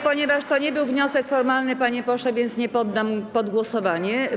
Ponieważ to nie był wniosek formalny, panie pośle, nie poddam go pod głosowanie.